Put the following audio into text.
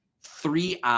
three